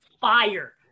fire